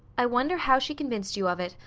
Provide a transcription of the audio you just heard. i wonder how she convinced you of it.